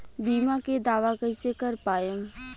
बीमा के दावा कईसे कर पाएम?